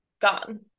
gone